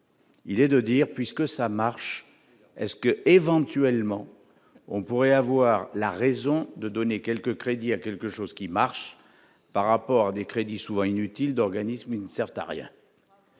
il est de dire puisque ça marche est-ce que, éventuellement, on pourrait avoir la raison de donner quelque crédit à quelque chose qui marche par rapport à des crédits souvent inutiles d'organismes, il ne sert à rien,